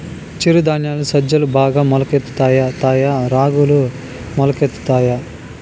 చిరు ధాన్యాలలో సజ్జలు బాగా మొలకెత్తుతాయా తాయా రాగులు మొలకెత్తుతాయా